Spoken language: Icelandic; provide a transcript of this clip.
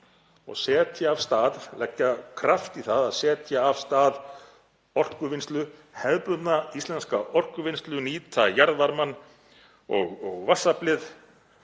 nálgunina og leggja kraft í það að setja af stað orkuvinnslu, hefðbundna íslenska orkuvinnslu, nýta jarðvarmann og vatnsaflið